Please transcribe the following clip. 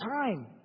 time